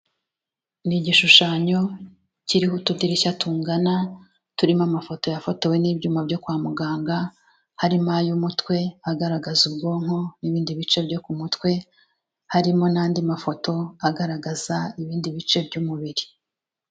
Ni igishushanyo kiriho utudirishya tungana, turimo amafoto yafotowe n'ibyuma byo kwa muganga, harimo ay'umutwe agaragaza ubwonko n'ibindi bice byo ku mutwe, harimo n'andi mafoto agaragaza ibindi bice by'umubiri.